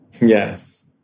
Yes